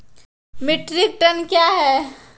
Metric tonne कया हैं?